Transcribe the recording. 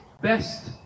best